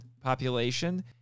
population